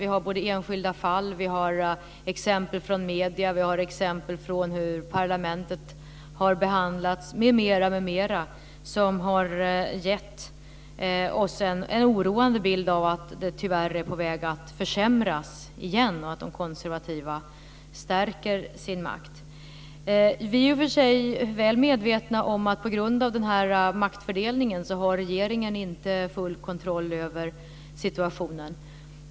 Det har varit enskilda fall, exempel från medier och exempel på hur parlamentet har behandlats m.m. som har gett oss en oroande bild av att läget tyvärr är på väg att försämras igen och att de konservativa stärker sin makt. Vi är i och för sig väl medvetna om att på grund av den här maktfördelningen har regeringen inte full kontroll över situationen.